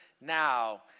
now